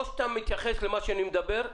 או שאתה מתייחס למה שאני אומר,